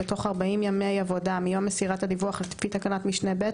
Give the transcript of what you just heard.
בתוך 40 ימי עבודה מיום מסירת הדיווח לפי תקנת משנה (ב),